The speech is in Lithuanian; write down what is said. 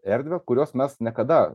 erdvę kurios mes niekada